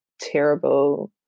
terrible